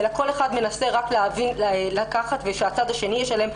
אלא כל אחד מנסה רק לקחת ושהצד השני ישלם,